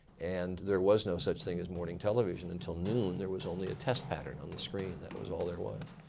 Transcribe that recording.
and there was no such thing as morning television. until noon there was only a test pattern on the screen. that was all there was.